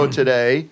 today